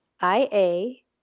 I-A